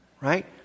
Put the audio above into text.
Right